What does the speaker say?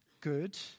good